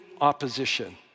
opposition